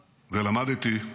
ולמדתי,